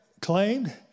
claimed